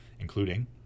including